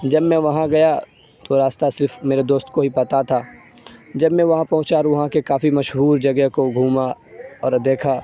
جب میں وہاں گیا تو راستہ صرف میرے دوست کو ہی پتہ تھا جب میں وہاں پہنچا اور وہاں کے کافی مشہور جگہ کو گھوما اور دیکھا